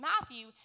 Matthew